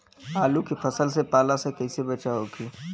आलू के फसल के पाला से कइसे बचाव होखि?